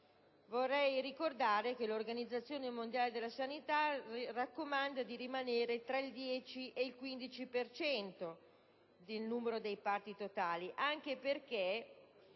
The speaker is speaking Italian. Vorrei ricordare che l'Organizzazione mondiale della sanità raccomanda di rimanere tra il 10 ed il 15 per cento del numero dei parti totali, anche perché